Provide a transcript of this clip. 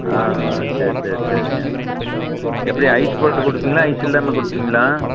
ஆ ஆ சரி சரி சரிங்க எப்படி ஐஸ் போட்டு கொடுப்பீங்களா ஐஸ் இல்லாமல் கொடுப்பீங்களா